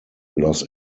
los